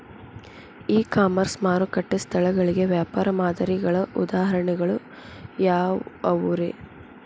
E commerce ಮಾರುಕಟ್ಟೆ ಸ್ಥಳಗಳಿಗೆ ವ್ಯಾಪಾರ ಮಾದರಿಗಳ ಉದಾಹರಣೆಗಳು ಯಾವವುರೇ?